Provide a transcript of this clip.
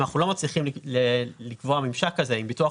אם אנחנו לא מצליחים לקבוע ממשק כזה עם ביטוח,